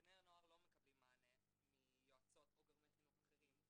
בני הנוער לא מקבלים מענה מיועצות או גורמי חינוך אחרים,